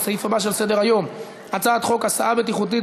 לסעיף הבא שעל סדר-היום: הצעת חוק הסעה בטיחותית